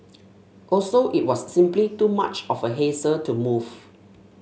also it was simply too much of a hassle to move